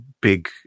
big